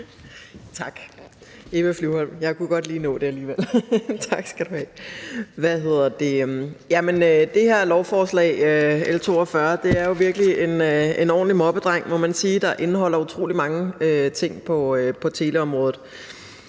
have. Eva Flyvholm – jeg kunne godt lige nå det alligevel. Det her lovforslag, L 42, er jo virkelig en ordentlig moppedreng, må man sige, der indeholder utrolig mange ting på teleområdet.